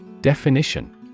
Definition